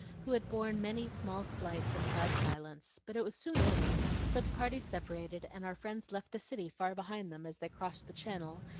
who had borne many small slights in proud silence but it was soon over, for the parties separated, and our friends left the city far behind them, as they crossed the channel,